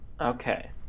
okay